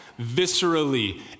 viscerally